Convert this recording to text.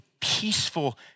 peaceful